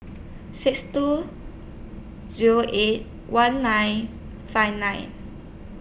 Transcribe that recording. six two Zero eight one nine five nine